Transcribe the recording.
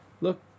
look